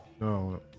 no